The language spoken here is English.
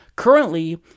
Currently